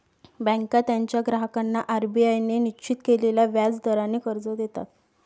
बँका त्यांच्या ग्राहकांना आर.बी.आय ने निश्चित केलेल्या व्याज दराने कर्ज देतात